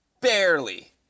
barely